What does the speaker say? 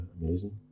amazing